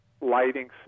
lighting